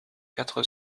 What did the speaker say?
quatre